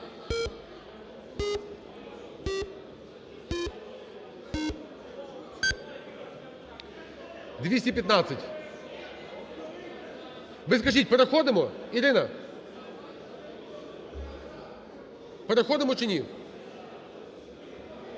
За-215 Ви скажіть, переходимо? Ірина, переходимо, чи ні?